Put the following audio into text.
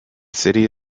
city